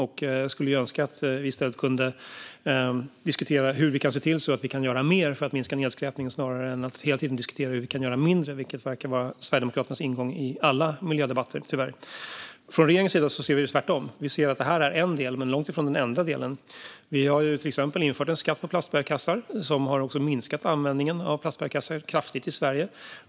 Jag skulle önska att vi kunde diskutera hur vi kan göra mer för att minska nedskräpningen snarare än att hela tiden diskutera hur vi kan göra mindre, vilket tyvärr verkar vara Sverigedemokraternas ingång i alla miljödebatter. Från regeringens sida ser vi att det här är en del men långt ifrån den enda delen. Vi har till exempel infört en skatt på plastbärkassar, vilket kraftigt har minskat användningen av plastbärkassar i Sverige.